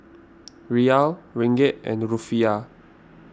Riyal Ringgit and Rufiyaa